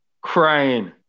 crying